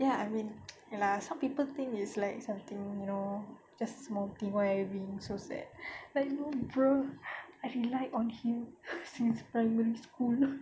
ya I mean ya lah some people think is like something you know just small thing why being so sad like you know bro I rely on him since primary school